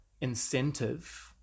incentive